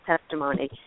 testimony